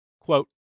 quote